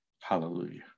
Hallelujah